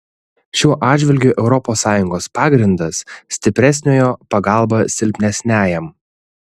šiuo atžvilgiu europos sąjungos pagrindas stipresniojo pagalba silpnesniajam